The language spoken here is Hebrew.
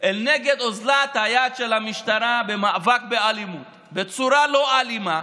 נגד אוזלת היד של המשטרה במאבק באלימות בצורה לא אלימה,